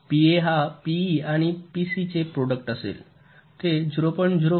PF हा PE आणि PC चे प्रॉडक्ट असेल ते 0